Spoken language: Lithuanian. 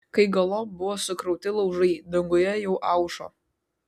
kai galop buvo sukrauti laužai danguje jau aušo